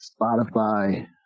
Spotify